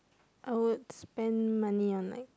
I would spend money on like